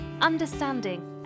understanding